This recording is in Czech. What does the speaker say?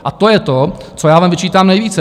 A to je to, co já vám vyčítám nejvíce.